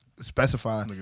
specify